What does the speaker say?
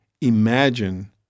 imagine